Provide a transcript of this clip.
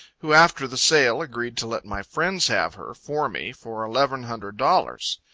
who after the sale agreed to let my friends have her, for me, for eleven hundred dollars.